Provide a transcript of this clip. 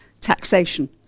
taxation